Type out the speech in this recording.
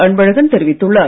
அன்பழகன் தெரிவித்துள்ளார்